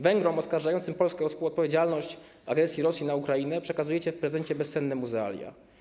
Węgrom oskarżającym Polskę o współodpowiedzialność w agresji Rosji na Ukrainę przekazujecie w prezencie bezcenne muzealia.